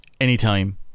anytime